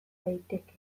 daiteke